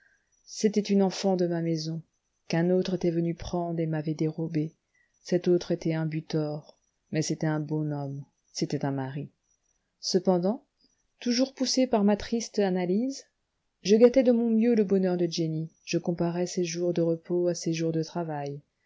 c'était une enfant de ma maison qu'un autre était venu prendre et m'avait dérobée cet autre était un butor mais c'était un bon homme c'était un mari cependant toujours poussé par ma triste analyse je gâtais de mon mieux le bonheur de jenny je comparais ses jours de repos à ses jours de travail